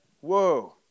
Whoa